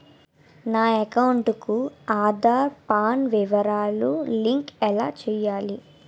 నా అకౌంట్ కు ఆధార్, పాన్ వివరాలు లంకె ఎలా చేయాలి?